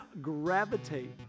gravitate